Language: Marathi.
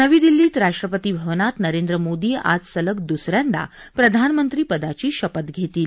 नवी दिल्लीत राष्ट्रपती भवनात नरेंद्र मोदी आज सलग दुस यांदा प्रधानमंत्री पदाची शपथ घेतील